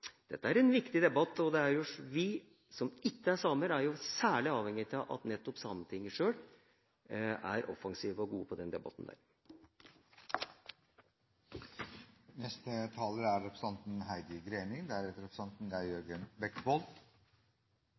Dette er en viktig debatt, og vi som ikke er samer, er særlig avhengig av at Sametinget sjøl er offensivt og godt i den debatten. Staten Norge er